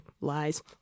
lies